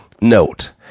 Note